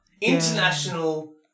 International